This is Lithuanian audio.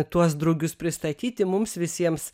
tuos drugius pristatyti mums visiems